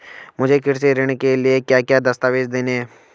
मुझे कृषि ऋण के लिए क्या क्या दस्तावेज़ देने हैं?